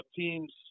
teams